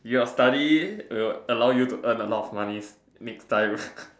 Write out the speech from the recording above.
your study will allow you to earn a lot of money next time